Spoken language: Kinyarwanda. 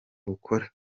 bukora